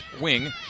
wing